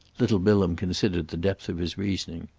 little bilham considered the depth of his reasoning.